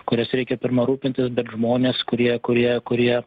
kurias reikia pirma rūpintis bet žmonės kurie kurie kurie